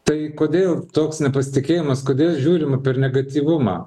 tai kodėl toks nepasitikėjimas kodėl žiūrima per negatyvumą